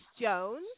Jones